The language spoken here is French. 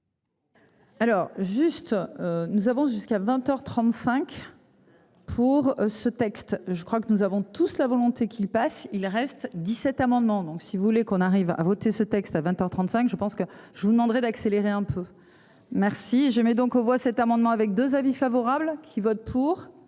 Alors juste. Nous avons jusqu'à 20h 35. Pour ce texte. Je crois que nous avons tous la volonté qu'il passe, il reste 17 amendements donc si vous voulez qu'on arrive à voter ce texte. À 20h 35. Je pense que je vous demanderai d'accélérer un peu merci je mets donc aux voix cet amendement avec 2 avis favorable qui votent pour.